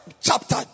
chapter